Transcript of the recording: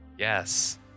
Yes